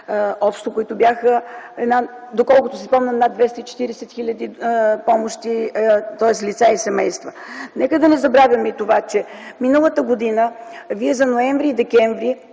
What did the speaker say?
най-общо, които бяха, доколкото си спомням, над 240 хил. лица и семейства. Нека да не забравяме и това, че миналата година Вие за месеците ноември и декември